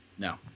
No